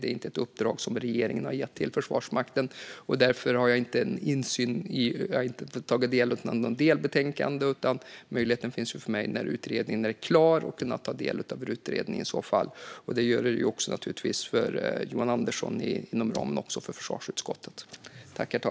Det är inte ett uppdrag som regeringen har gett till Försvarsmakten. Därför har jag ingen insyn i den och har inte tagit del av något delbetänkande, men när utredningen är klar finns det möjlighet för mig att ta del av den. Det gäller naturligtvis också Johan Andersson inom ramen för försvarsutskottet.